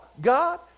God